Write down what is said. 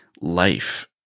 life